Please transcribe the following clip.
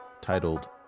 titled